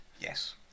yes